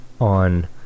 on